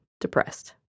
depressed